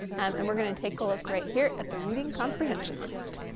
um and we're gonna take a look right here at the reading comprehension list.